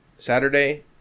Saturday